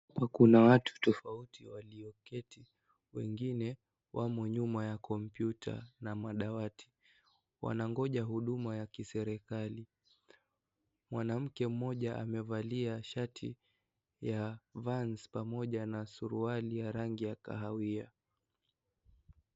Kuna watu tofauti walioketi wengine wamo nyuma ya kompyuta na madawati wanangoja huduma ya kiserikali. Mwanamke mmoja amevalia shati ya vans pamoja na suruali ya rangi ya kahawia.